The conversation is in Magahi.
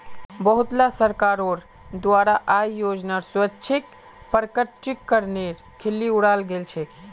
बहुतला सरकारोंर द्वारा आय योजनार स्वैच्छिक प्रकटीकरनेर खिल्ली उडाल गेल छे